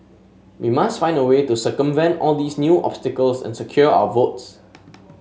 we must find a way to circumvent all these new obstacles and secure our votes